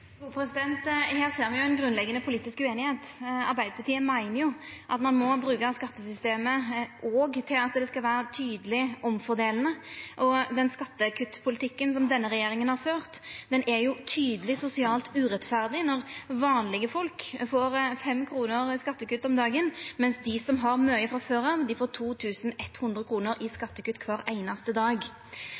Her ser me ein grunnleggjande politisk ueinigheit: Arbeidarpartiet meiner at ein òg må bruka skattesystemet tydeleg fordelande, og den skattekuttpolitikken som denne regjeringa har ført, er tydeleg sosialt urettferdig når vanlege folk får 5 kr om dagen i skattekutt, mens dei som har mykje frå før av, får 2 100 kr i skattekutt kvar einaste dag.